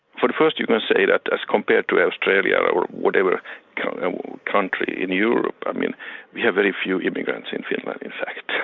for the first you can say that as compared to australia, or whatever country in europe, ah we have very few immigrants in finland in fact.